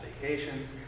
vacations